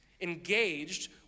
engaged